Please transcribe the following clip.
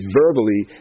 verbally